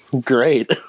Great